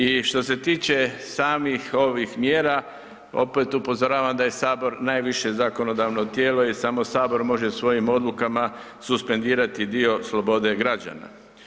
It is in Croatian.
I što se tiče samih ovih mjera, opet upozoravam da je Sabor najviše zakonodavno tijelo i samo Sabor može svojim odlukama suspendirati dio slobode građana.